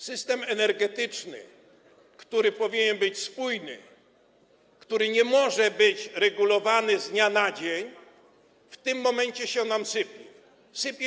System energetyczny, który powinien być spójny, który nie może być regulowany z dnia na dzień, w tym momencie nam się sypie.